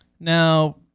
Now